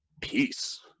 Peace